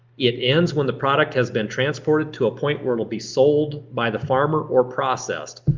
it ends when the product has been transported to a point where it'll be sold by the farmer or processed.